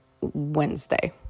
Wednesday